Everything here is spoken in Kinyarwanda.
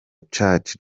church